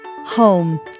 Home